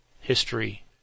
history